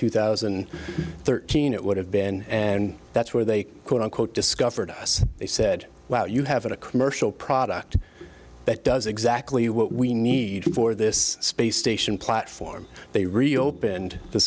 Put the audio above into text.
two thousand and thirteen it would have been and that's where they quote unquote discovered us they said well you have a commercial product that does exactly what we need for this space station platform they reopened the